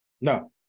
No